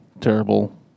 terrible